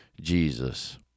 Jesus